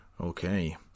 Okay